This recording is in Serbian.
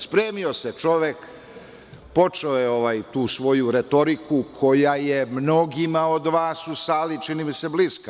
Spremio se čovek, počeo je tu svoju retoriku koja je mnogima od vas u sali, čini mi se, bliska.